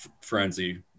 frenzy